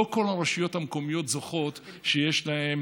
לא כל הרשויות המקומיות זוכות לכך שיש להן